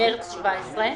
ממרץ 2017,